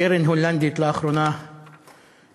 קרן הולנדית עשתה לאחרונה מעשה,